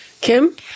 Kim